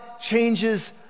changes